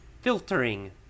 filtering